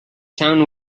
town